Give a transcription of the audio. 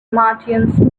martians